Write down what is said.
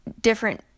different